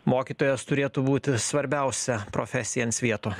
mokytojas turėtų būti svarbiausia profesija ant svieto